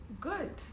good